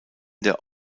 der